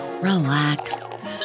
relax